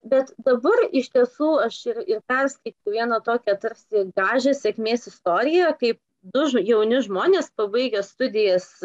bet dabar iš tiesų aš ir ir perskaičiau vieną tokią tarsi gražią sėkmės istoriją kaip du ž jauni žmonės pabaigę studijas